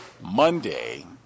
Monday